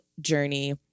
journey